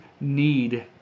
need